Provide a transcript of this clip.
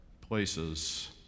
places